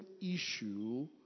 issue